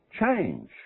change